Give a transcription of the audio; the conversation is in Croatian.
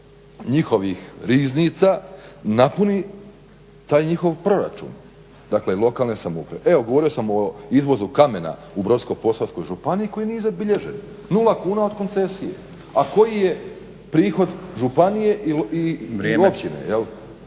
njihovih riznica napuni taj njihov proračun, dakle lokalne samouprave. Evo, govorio sam o izvozu kamena u Brodsko-posavskoj županiji koji nije zabilježen, 0 kuna od koncesije. A koji je prihod županije i općine.